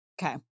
Okay